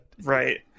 Right